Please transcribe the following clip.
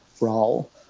role